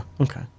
okay